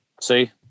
See